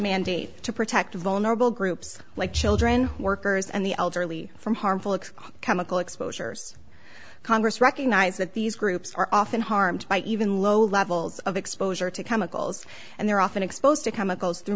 mandate to protect vulnerable groups like children workers and the elderly from harmful chemical exposures congress recognize that these groups are often harmed by even low levels of exposure to chemicals and they're often exposed to chemical is through